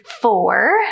four